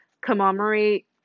commemorate